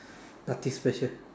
nothing special